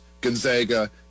Gonzaga